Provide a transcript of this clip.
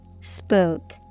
Spook